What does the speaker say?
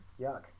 Yuck